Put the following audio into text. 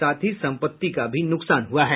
साथ ही संपत्ति का भी नुकसान हुआ है